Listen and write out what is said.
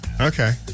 okay